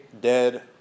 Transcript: dead